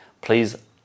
please